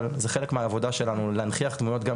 אבל זה חלק מהעבודה שלנו להנכיח דמויות גם